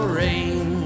rain